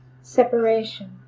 separation